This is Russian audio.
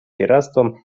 пиратством